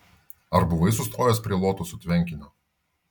ar buvai sustojęs prie lotosų tvenkinio